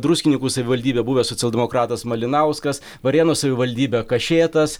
druskininkų savivaldybė buvęs socialdemokratas malinauskas varėnos savivaldybė kašėtas